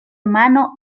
mano